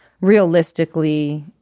realistically